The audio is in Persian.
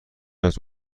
است